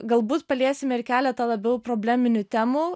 galbūt paliesime ir keletą labiau probleminių temų